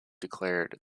declared